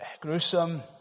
gruesome